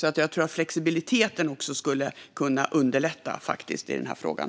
Jag tror att flexibiliteten skulle kunna underlätta i frågan.